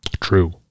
True